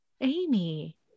Amy